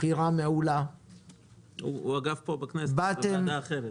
בחירה מעולה -- הוא נמצא פה בכנסת בוועדה אחרת.